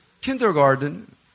Kindergarten